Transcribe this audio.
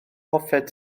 hoffet